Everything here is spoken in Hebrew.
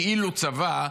כאילו צבא,